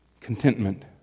contentment